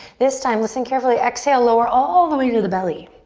this time, listen carefully, exhale, lower all the way to the belly.